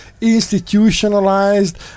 institutionalized